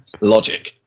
Logic